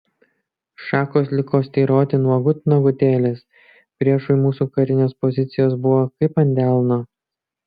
šakos liko styroti nuogut nuogutėlės priešui mūsų karinės pozicijos buvo kaip ant delno